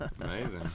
amazing